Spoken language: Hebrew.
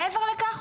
מעבר לכך,